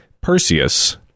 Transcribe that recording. Perseus